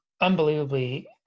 unbelievably